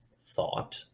thought